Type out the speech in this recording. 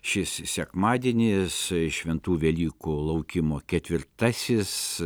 šis sekmadienis šventų velykų laukimo ketvirtasis